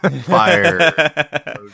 fire